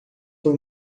foi